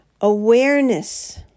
awareness